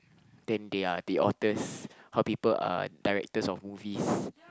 then they are the authors how people are directors of movies